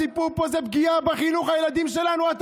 הסיפור פה זה פגיעה בחינוך הטהור של הילדים שלנו.